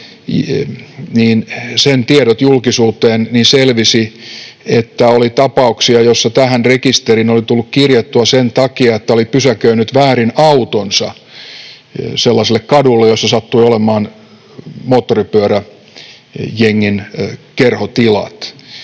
tiedot tulivat julkisuuteen, niin selvisi, että oli tapauksia, joissa tähän rekisteriin oli tullut kirjatuksi sen takia, että oli pysäköinyt väärin autonsa sellaiselle kadulle, jossa sattui olemaan moottoripyöräjengin kerhotilat.